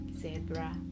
Zebra